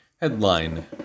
Headline